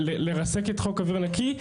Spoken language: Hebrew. לרסק את חוק אוויר נקי,